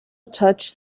touched